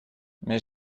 mais